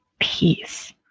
peace